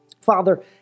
Father